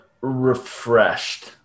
refreshed